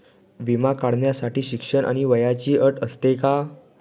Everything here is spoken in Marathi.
विमा काढण्यासाठी शिक्षण आणि वयाची अट असते का?